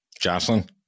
Jocelyn